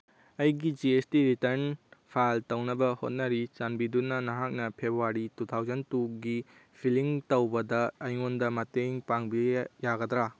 ꯑꯩꯒꯤ G S T return file ꯇꯧꯅꯕ ꯍꯣꯠꯅꯔꯤ ꯆꯥꯟꯕꯤꯗꯨꯅ ꯅꯍꯥꯛꯅ ꯐꯦꯕ꯭ꯋꯥꯔꯤ ꯇꯨ ꯊꯥꯎꯖꯟ ꯇꯨꯒꯤ ꯐꯤꯂꯤꯡ ꯇꯧꯕꯗ ꯑꯩꯉꯣꯟꯗ ꯃꯇꯦꯡ ꯄꯥꯡꯕꯤꯕ ꯌꯥꯒꯗ꯭ꯔꯥ